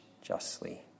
justly